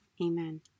Amen